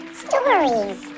stories